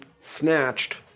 snatched